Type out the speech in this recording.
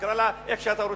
תקרא לה איך שאתה רוצה.